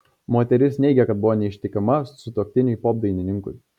moteris neigė kad buvo neištikima sutuoktiniui popdainininkui